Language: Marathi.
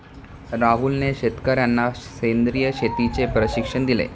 राहुलने शेतकर्यांना सेंद्रिय शेतीचे प्रशिक्षण दिले